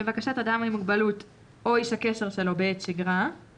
לבקשת אדם עם מוגבלות או איש הקשר שלו, בעת שגרה,